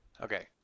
Okay